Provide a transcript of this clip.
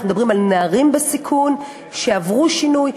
אנחנו מדברים על נערים בסיכון שעברו שינוי,